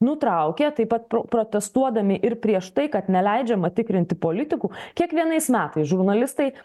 nutraukė taip pat pro protestuodami ir prieš tai kad neleidžiama tikrinti politikų kiekvienais metais žurnalistai